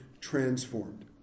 transformed